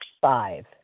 Five